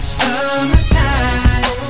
summertime